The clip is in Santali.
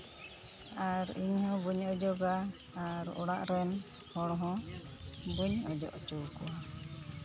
ᱟᱨ ᱤᱧᱦᱚᱸ ᱵᱟᱹᱧ ᱚᱡᱚᱜᱟ ᱟᱨ ᱚᱲᱟᱜ ᱨᱮᱱ ᱦᱚᱲ ᱦᱚᱸ ᱵᱟᱹᱧ ᱚᱡᱚᱜ ᱦᱚᱪᱚ ᱠᱚᱣᱟ